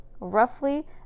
Roughly